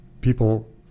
People